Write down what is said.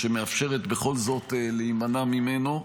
שמאפשרת, בכל זאת, להימנע ממנו.